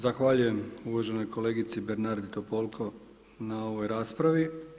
Zahvaljujem uvaženoj kolegici Bernardi Topolko na ovoj raspravi.